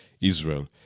Israel